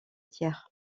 tiers